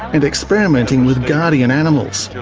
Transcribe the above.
and experimenting with guardian animals.